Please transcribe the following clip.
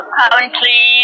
country